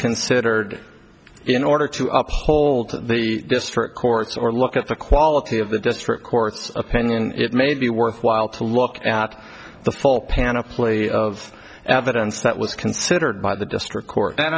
considered in order to uphold the district court's or look at the quality of the district court's opinion it may be worthwhile to look at the full panoply of evidence that was considered by the district court